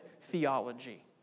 theology